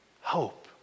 hope